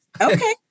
Okay